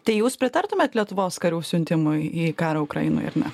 tai jūs pritartumėt lietuvos karių siuntimui į karą ukrainoje ar ne